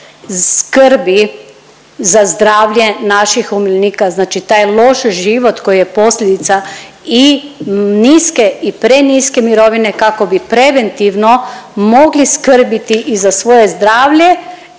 skrbi za zdravljen naših umirovljenika, znači taj loš život koji je posljedica i niske i preniske mirovine, kako bi preventivno mogli skrbiti i za svoje zdravlje